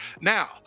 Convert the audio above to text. now